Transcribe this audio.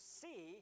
see